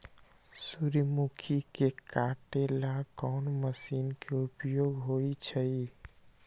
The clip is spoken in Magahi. सूर्यमुखी के काटे ला कोंन मशीन के उपयोग होई छइ?